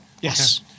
Yes